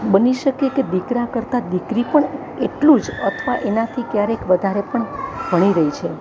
બની શકે કે દીકરા કરતાં દીકરી પણ એટલું જ અથવા એનાથી ક્યારેક વધારે પણ ભણી રહી છે